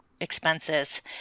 expenses